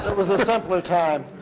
it was a simpler time.